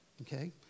okay